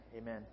Amen